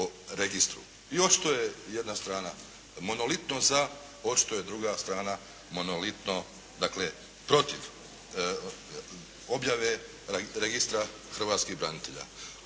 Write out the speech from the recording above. registru. I očito je jedna strana monolitno za, očito je druga strana monolitno dakle protiv objave registra hrvatskih branitelja.